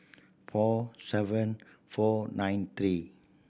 four seven four nine three